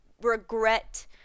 regret